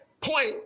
point